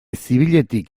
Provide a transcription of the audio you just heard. zibiletik